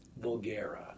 vulgara